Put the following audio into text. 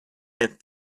and